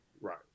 Right